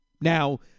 Now